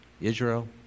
Israel